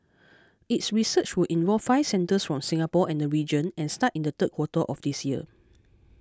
its research will involve five centres from Singapore and the region and start in the third quarter of this year